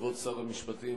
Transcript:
כבוד שר המשפטים,